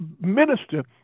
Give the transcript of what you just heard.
minister